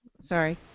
Sorry